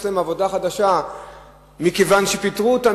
להם עבודה חדשה מכיוון שפיטרו אותם,